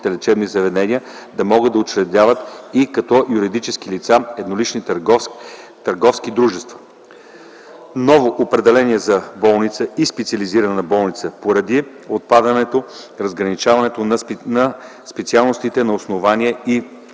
лечебни заведения да могат да се учредяват и като юридически лица – еднолични търговски дружества. - Ново определение за болница и за специализирана болница, поради отпадане разграничаването на специалностите на основни и